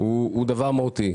הוא דבר מהותי.